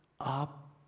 up